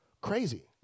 Crazy